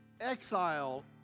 exile